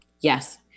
Yes